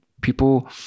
people